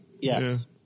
Yes